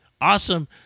Awesome